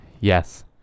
Yes